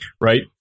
Right